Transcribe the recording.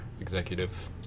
executive